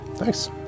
Nice